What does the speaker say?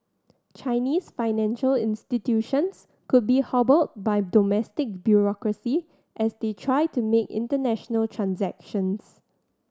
Chinese financial institutions could be hobbled by domestic bureaucracy as they try to make international transactions